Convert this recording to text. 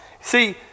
See